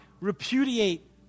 repudiate